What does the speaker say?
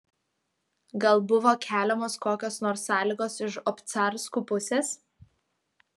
gal buvo keliamos kokios nors sąlygos iš obcarskų pusės